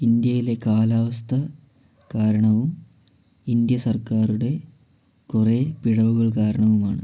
ഇന്ത്യയിലെ കാലാവസ്ഥ കാരണവും ഇന്ത്യ സർക്കാരുടെ കുറേ പിഴവുകൾ കാരണവുമാണ്